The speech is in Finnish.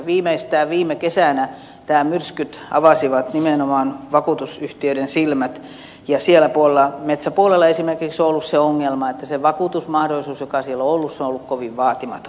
viimeistään viime kesänä nämä myrskyt avasivat nimenomaan vakuutusyhtiöiden silmät ja esimerkiksi siellä metsäpuolella on ollut se ongelma että se vakuutusmahdollisuus joka siellä on ollut on ollut kovin vaatimaton